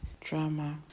drama